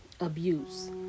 abuse